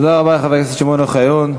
תודה רבה לחבר הכנסת שמעון אוחיון.